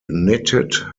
knitted